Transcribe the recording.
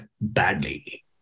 badly